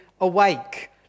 awake